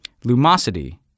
Lumosity